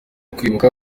kwibuka